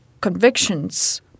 convictions